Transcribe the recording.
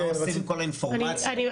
אני,